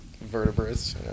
vertebrates